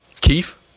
Keith